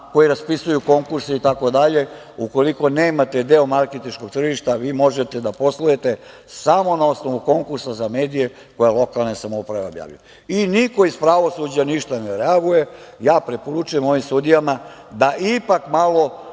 koje raspisuju konkurse itd. ukoliko nemate deo marketinškog tržišta, možete da poslujete samo na osnovu konkursa za mediji koje lokalne samouprave objavljuju. I niko iz pravosuđa ne reaguje. Preporučujem ovim sudijama novoizabranim